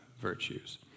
virtue's